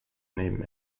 neben